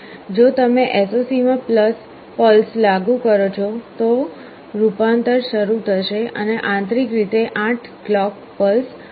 જો તમે SOC માં પલ્સ લાગુ કરો છો તો રૂપાંતર શરૂ થશે અને આંતરિક રીતે 8 ક્લૉક પલ્સ હશે